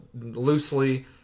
loosely